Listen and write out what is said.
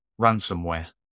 Ransomware